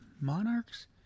monarchs